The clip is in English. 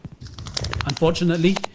unfortunately